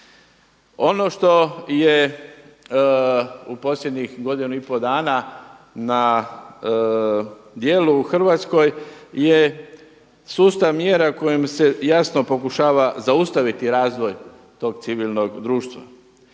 Ono što je u posljednjih godinu i pol dana na djelu u Hrvatskoj je sustav mjera kojim se jasno pokušava zaustaviti razvoj tog civilnog društva.